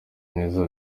neza